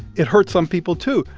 it hurts some people, too,